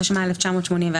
התשמ"א 1981,